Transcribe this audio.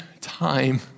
time